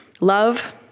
love